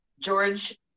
George